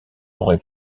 aurait